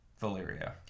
Valyria